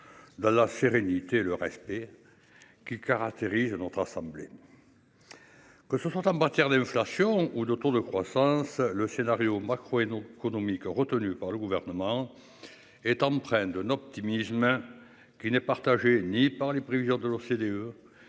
Dans la sérénité et le respect. Qui caractérise notre assemblée. Que ce soit en matière d'inflation ou le taux de croissance le scénario macro et non économiques retenues par le gouvernement. Est empreint d'un optimisme hein qui n'est partagée ni par les prévisions de l'OCDE.